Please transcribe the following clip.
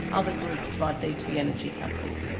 other groups might need to be energy companies.